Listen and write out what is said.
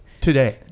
Today